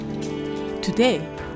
Today